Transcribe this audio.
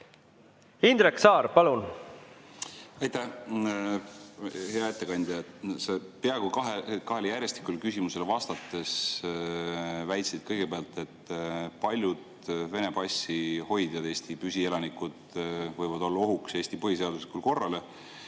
Indrek Saar, palun! Aitäh! Hea ettekandja! Peaaegu kahele järjestikule küsimusele vastates väitsid kõigepealt, et paljud Vene passi hoidjad, Eesti püsielanikud, võivad olla ohuks Eesti põhiseaduslikule korrale.